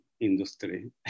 industry